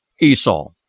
Esau